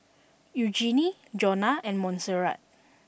Eugenie Jonna and Monserrat